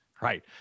right